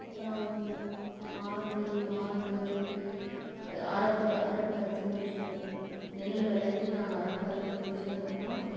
அப்புறம் ஆடு மாடு அறுப்பு அறுப்பு அறுத்து முடிச்சுருவோம் நெல் விளஞ்சி நாங்கள் அறுப்பு அறுத்து முடிச்சதுக்கு அப்புறம்